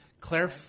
Claire